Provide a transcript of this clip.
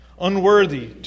unworthy